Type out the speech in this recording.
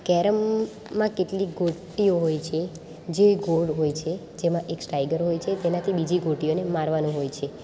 કેરમમાં કેટલીક ગોટીઓ હોય છે જે ગોળ હોય છે જેમાં એક સ્ટાઈગ્રર હોય છે તેનાથી બીજી ગોટીઓને મારવાનું હોય છે